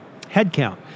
headcount